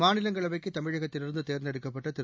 மாநிலங்களவைக்கு தமிழகத்திலிருந்து தேர்ந்தெடுக்கப்பட்ட திரு